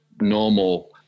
normal